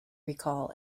recall